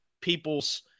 people's